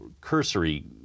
cursory